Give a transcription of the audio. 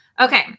Okay